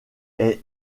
est